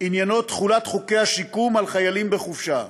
עניינו תחולת חוקי השיקום על חיילים בחופשה.